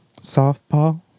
Softball